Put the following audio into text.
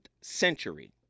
century